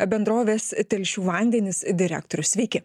bendrovės telšių vandenys direktorius sveiki